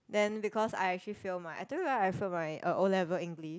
then because I actually fail my I told you right I failed um my O-level english